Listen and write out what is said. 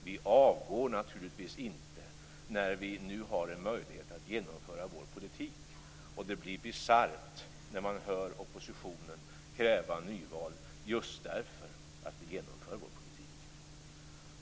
Vi avgår naturligtvis inte när vi nu har en möjlighet att genomföra vår politik, och det blir bisarrt när man hör oppositionen kräva nyval just därför att vi genomför vår politik.